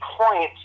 points